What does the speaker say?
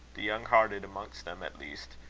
the young-hearted amongst them at least,